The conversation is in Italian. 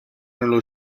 nello